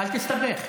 אל תסתבך.